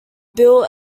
built